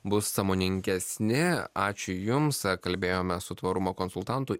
bus sąmoningesni ačiū jums kalbėjome su tvarumo konsultantu